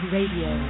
Radio